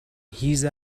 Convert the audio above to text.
هیز